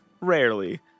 rarely